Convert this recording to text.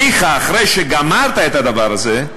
ניחא, אחרי שגמרת את הדבר הזה,